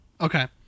Okay